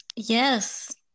Yes